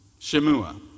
Shemua